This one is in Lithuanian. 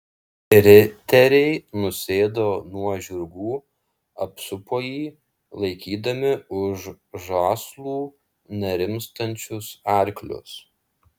riteriai nusėdo nuo žirgų apsupo jį laikydami už žąslų nerimstančius arklius